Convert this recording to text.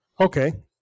okay